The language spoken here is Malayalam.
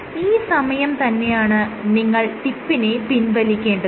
ഈ സമയം തന്നെയാണ് നിങ്ങൾ ടിപ്പിനെ പിൻവലിക്കേണ്ടതും